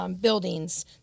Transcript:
buildings